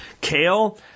Kale